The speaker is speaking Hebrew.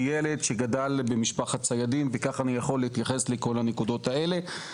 ילד שגדל במשפחת ציידים וכך אני יכול להתייחס לכל הנקודות האלה.